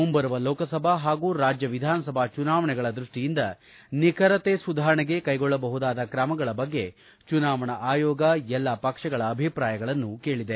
ಮುಂಬರುವ ಲೋಕಸಭಾ ಹಾಗೂ ರಾಜ್ಯ ವಿಧಾನಸಭಾ ಚುನಾವಣೆಗಳ ದ್ವಷ್ಷಿಯಿಂದ ನಿಖರತೆ ಸುಧಾರಣೆಗೆ ಕೈಗೊಳ್ಳಬಹುದಾದ ಕ್ರಮಗಳ ಬಗ್ಗೆ ಚುನಾವಣಾ ಆಯೋಗ ಎಲ್ಲಾ ಪಕ್ಷಗಳ ಅಭಿಪ್ರಾಯಗಳನ್ನು ಕೇಳಿದೆ